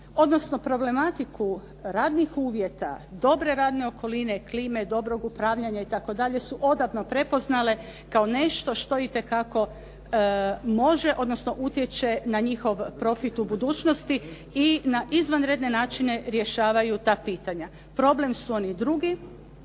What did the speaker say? odnosno problematiku radnih uvjeta, dobre radne okoline, klime, dobrog upravljanja itd. su odavno prepoznale kao nešto što itekako može odnosno utječe na njihov profit u budućnosti i na izvanredne načine rješavaju ta pitanja. Problem su oni drugi